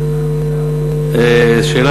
מעל השולחן